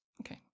Okay